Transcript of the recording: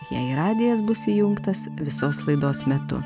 jei radijas bus įjungtas visos laidos metu